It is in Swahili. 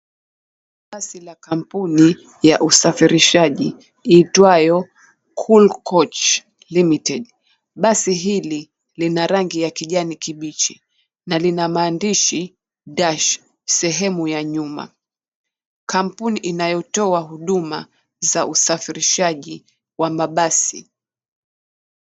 Basi la kampuni ya usafirishaji iitwayo, Cool Coach Limited, basi hili lina rangi ya kijani kibichi, na lina maandishi, Dash, sehemu ya nyuma. Kampuni inayotoa huduma ya usafirishaji wa mabasi.